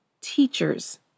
teachers